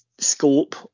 scope